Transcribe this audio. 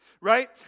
right